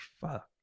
fuck